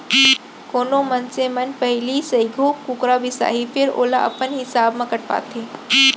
कोनो मनसे मन पहिली सइघो कुकरा बिसाहीं फेर ओला अपन हिसाब म कटवाथें